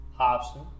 Hobson